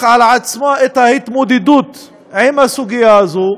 על עצמה את ההתמודדות עם הסוגיה הזו,